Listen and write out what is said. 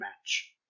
match